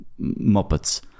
Muppets